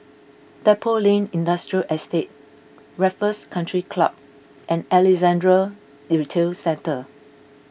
Depot Lane Industrial Estate Raffles Country Club and Alexandra Retail Centre